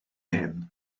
hyn